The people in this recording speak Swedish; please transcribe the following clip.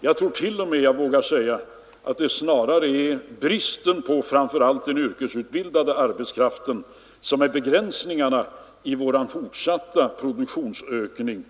Jag tror t.o.m. att jag vågar säga att det är snarare bristen på framför allt yrkesutbildad arbetskraft än dess motsats som utgör begränsningen i vår fortsatta produktionsökning.